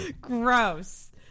Gross